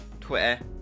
Twitter